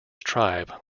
tribe